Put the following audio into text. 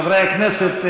חברי הכנסת,